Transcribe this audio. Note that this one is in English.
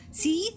see